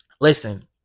listen